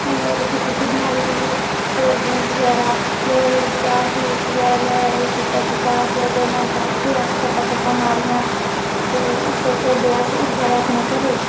ते उ'नें रुट्टी बनाई दी ही ते कोल्ड ड्रिंक बगैरा लेआई ते चाह् जूस बगैरा लेआया ते ओह् पीता ते दो मिंट बैठे ते गप्पां मारियां ते हस्से खेढे अस ते उठी आए अपने घरै गी